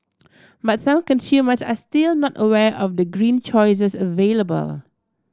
but some consumers are still not aware of the green choices available